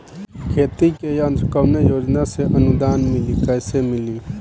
खेती के यंत्र कवने योजना से अनुदान मिली कैसे मिली?